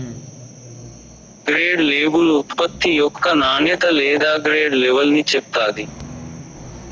grade label ఉత్పత్తి యొక్క నాణ్యత లేదా గ్రేడ్ లెవల్ని చెప్తాది